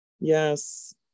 Yes